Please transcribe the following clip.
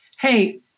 hey